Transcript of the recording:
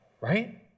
right